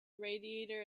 radiator